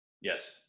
Yes